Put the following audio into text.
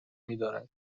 میدارد